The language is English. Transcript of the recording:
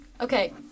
Okay